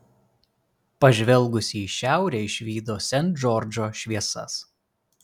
pažvelgusi į šiaurę išvydo sent džordžo šviesas